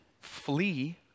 flee